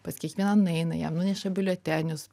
pas kiekvieną nueina jiem neša biuletenius